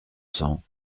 cents